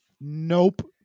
Nope